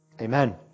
Amen